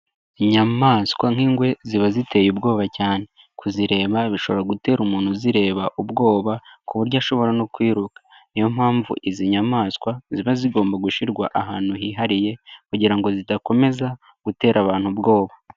Inyamaswa nk'ingwe ziba ziteye ubwoba cyane, kuzireba bishobora gutera umuntu zireba ubwoba ku buryo ashobora no kwiruka, niyo mpamvu izi nyamaswa ziba zigomba gushyirwa ahantu hihariye kugira ngo zidakomeza gutera abantu ubwoba.